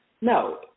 No